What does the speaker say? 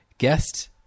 guest